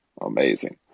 Amazing